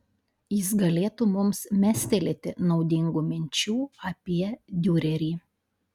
jis galėtų mums mestelėti naudingų minčių apie diurerį